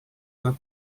uma